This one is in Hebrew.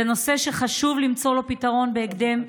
זה נושא שחשוב למצוא לו פתרון בהקדם,